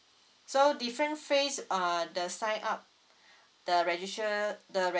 so different phase uh the sign up the register the